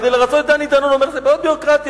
כדי לרצות את דני דנון הוא אומר: זה בעיות ביורוקרטיות,